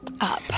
up